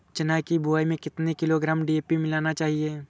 चना की बुवाई में कितनी किलोग्राम डी.ए.पी मिलाना चाहिए?